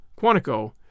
Quantico